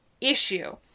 issue